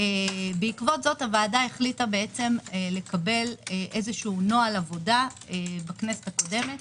בעקבות זאת הוועדה החליטה לקבל נוהל עבודה בכנסת הקודמת,